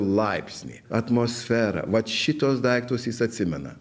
laipsnį atmosferą vat šituos daiktus jis atsimena